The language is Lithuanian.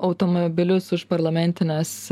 automobilius už parlamentines